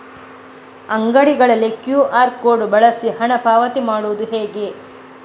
ಅಂಗಡಿಗಳಲ್ಲಿ QR code ಬಳಸಿ ಹಣ ಪಾವತಿ ಮಾಡೋದು ಹೇಗೆ?